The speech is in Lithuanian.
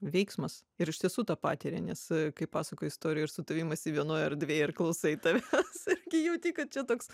veiksmas ir iš tiesų tą patiria nes kai pasakoji istoriją ir su tavim esi vienoj erdvėj ir klausai tavęs irgi jauti kad čia toks